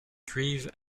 cuivre